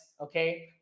Okay